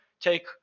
take